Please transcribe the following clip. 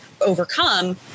overcome